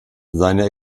seine